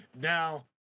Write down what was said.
Now